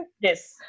Yes